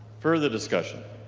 further discussion?